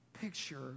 picture